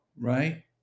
right